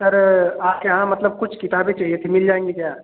sir आपके यहाँ मतलब कुछ किताबें चाहिए थीं मिल जाएँगी क्या